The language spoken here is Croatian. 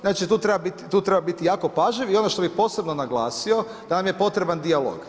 Znači tu treba biti jako pažljiv i ono što bi posebno naglasio, da nam je potreban dijalog.